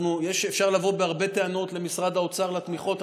אפשר לבוא בהרבה טענות למשרד האוצר על התמיכות,